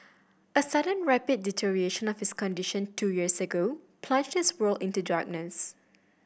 a sudden rapid deterioration of his condition two years ago plunged his world into darkness